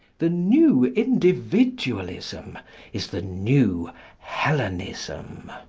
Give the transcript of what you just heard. the new individualism is the new hellenism.